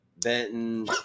Benton